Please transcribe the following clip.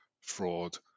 fraud